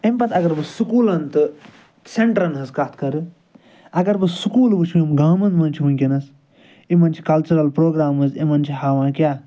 اَمہِ پَتہٕ اگر بہٕ سُکوٗلَن تہٕ سیٚنٹرن ہنٛز کتھ کَرٕ اگر بہٕ سُکول وُچھہٕ یِم گامَن مَنٛز چھِ وُنٛکیٚس یِمن چھِ کَلچرَل پرٛوگرٛامٕز یِمن چھِ ہاوان کیٛاہ